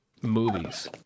movies